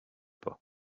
pas